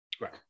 right